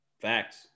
Facts